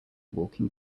walking